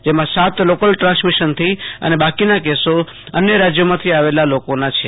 જેમાં સાત લોકલ ટ્રાન્સમિશનથી અને બાકીના કેસો અન્ય રાજયોમાંથી આવેલા લોકોના છે